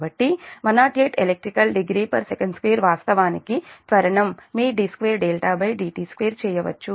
కాబట్టి 108 elect degree Sec2 వాస్తవానికి త్వరణం మీ d2dt2 చేయవచ్చు